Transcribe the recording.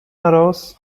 heraus